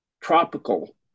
tropical